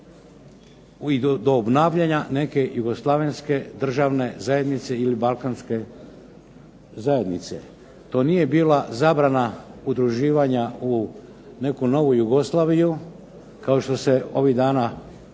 do obnavljanja neke jugoslavenske državne zajednice ili balkanske zajednice. To nije bila zabrana udruživanja u neku novu Jugoslaviju, kao što se ovih dana ponekad